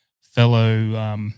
fellow